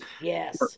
Yes